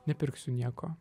nepirksiu nieko